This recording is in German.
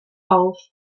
auf